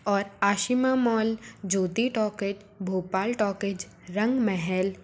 और आशिमा मॉल जो दी टोकेट भोपाल टोकेज रंग महल